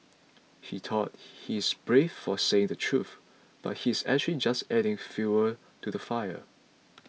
he thought he's brave for saying the truth but he's actually just adding fuel to the fire